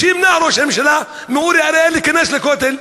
שימנע ראש הממשלה מאורי אריאל להיכנס לכותל.